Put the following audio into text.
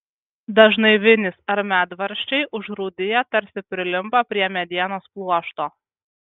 dažnai vinys ar medvaržčiai užrūdiję tarsi prilimpa prie medienos pluošto